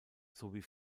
sowie